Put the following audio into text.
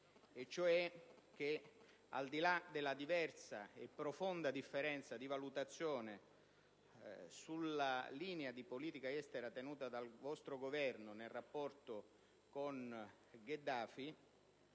In sostanza, al di là della diversa e profonda differenza di valutazione sulla linea di politica estera tenuta dal vostro Governo nel rapporto con Gheddafi,